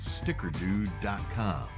StickerDude.com